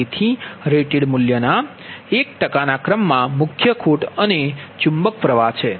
તેથી રેટેડ મૂલ્યના 1 ટકાના ક્રમમાં મુખ્ય ખોટ અને ચુંબક પ્રવાહ છે